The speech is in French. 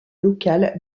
local